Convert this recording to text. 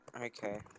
Okay